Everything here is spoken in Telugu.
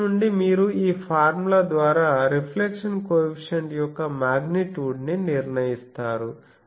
అక్కడ నుండి మీరు ఈ ఫార్ములా ద్వారా రిఫ్లెక్షన్ కో ఎఫిషియంట్ యొక్క మాగ్నిట్యూడ్ ని నిర్ణయిస్తారు